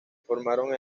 formaron